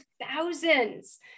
thousands